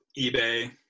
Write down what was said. ebay